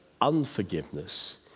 unforgiveness